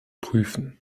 prüfen